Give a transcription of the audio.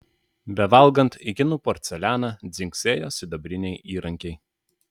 bevalgant į kinų porcelianą dzingsėjo sidabriniai įrankiai